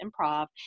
improv